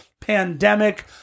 pandemic